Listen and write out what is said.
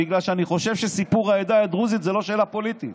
בגלל שאני חושב שסיפור העדה הדרוזית זה לא שאלה פוליטית,